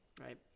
right